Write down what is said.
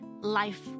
life